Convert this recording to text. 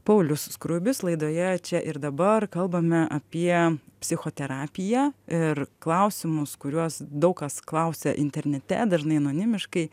paulius skruibis laidoje čia ir dabar kalbame apie psichoterapiją ir klausimus kuriuos daug kas klausia internete dažnai anonimiškai